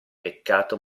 peccato